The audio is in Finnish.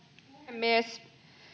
puhemies